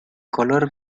color